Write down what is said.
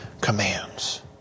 commands